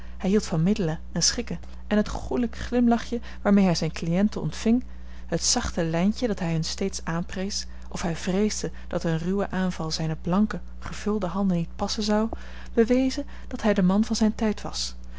hij hield van middelen en schikken en het goelijk glimlachje waarmee hij zijne cliënten ontving het zachte lijntje dat hij hun steeds aanprees of hij vreesde dat een ruwe aanval zijne blanke gevulde handen niet passen zou bewezen dat hij de man van zijn tijd was